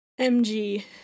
MG